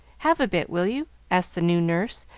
have a bit, will you? asked the new nurse,